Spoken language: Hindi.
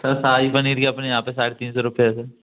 सर शाही पनीर ही अपने यहाँ पर साढ़े तीन सौ रुपये है सर